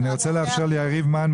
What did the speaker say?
אני רוצה לאפשר את רשות הדיבור ליריב מן,